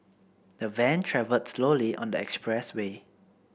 the van travelled slowly on the expressway